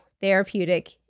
therapeutic